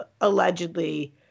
allegedly